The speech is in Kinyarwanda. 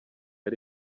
ari